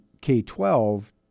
K-12